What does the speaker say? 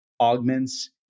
augments